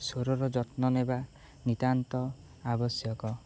ସ୍ୱରର ଯତ୍ନ ନେବା ନିତ୍ୟାନ୍ତ ଆବଶ୍ୟକ